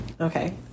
Okay